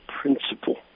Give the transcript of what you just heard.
principle